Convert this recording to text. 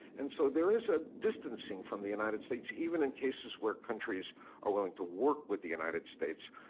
and so there is a distancing from the united states even in cases where countries are willing to work with the united states,